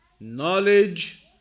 Knowledge